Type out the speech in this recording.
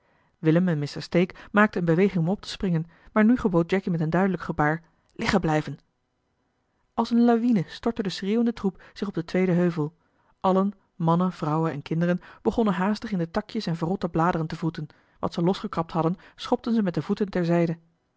willem en mr stake maakten eene beweging om op te springen maar nu gebood jacky met een duidelijk gebaar liggen blijven als eene lawine stortte de schreeuwende troep zich op den tweeden heuvel allen mannen vrouwen en kinderen begonnen haastig in de takjes en verrotte bladeren te wroeten wat ze losgekrabd hadden schopten ze met de voeten